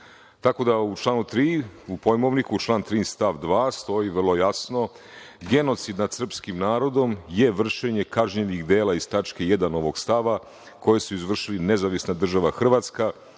narodom. Tako da, u pojmovniku član 3. stav 2. stoji vrlo jasno – genocid nad srpskim narodom je vršenje kažnjenih dela iz tačke 1. ovog stava koji su izvršili Nezavisna Država Hrvatska,